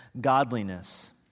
godliness